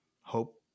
Hope